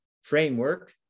framework